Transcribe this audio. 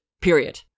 Period